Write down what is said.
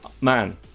man